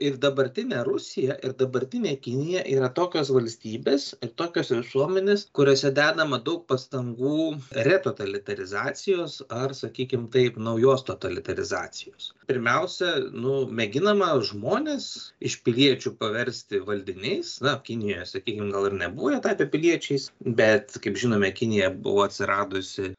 ir dabartinė rusija ir dabartinė kinija yra tokios valstybės ir tokios visuomenės kuriose dedama daug pastangų retotalitarizacijos ar sakykim taip naujos totalitarizacijos pirmiausia nu mėginama žmones iš piliečių paversti valdiniais na kinijoje sakykim gal ir nebuvo jie tapę piliečiais bet kaip žinome kinija buvo atsiradusi